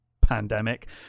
pandemic